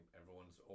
everyone's